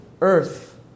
Earth